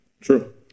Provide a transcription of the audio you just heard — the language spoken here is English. True